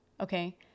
okay